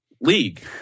League